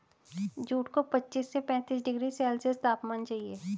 jute को पच्चीस से पैंतीस डिग्री सेल्सियस तापमान चाहिए